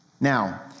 Now